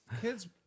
kids